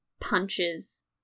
punches